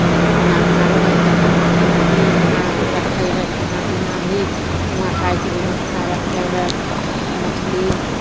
तब ओ अपना हुवाँ रहै है तऽ खाना पीना भी हुवाँ रखै है खाना पीना भी हुवाँ खायके व्यवस्था रखै हइ मछली